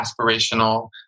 aspirational